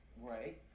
Right